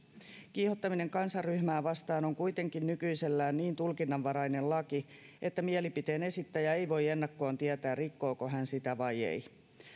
kiihottaminen kansanryhmää vastaan on kuitenkin nykyisellään niin tulkinnanvarainen laki että mielipiteen esittäjä ei voi ennakkoon tietää rikkooko hän sitä vai ei